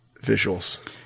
visuals